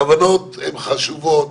הכוונות חשובות,